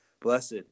Blessed